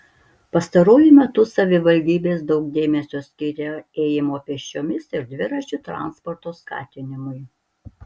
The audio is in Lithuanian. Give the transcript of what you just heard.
pastaruoju metu savivaldybės daug dėmesio skiria ėjimo pėsčiomis ir dviračių transporto skatinimui